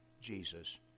Jesus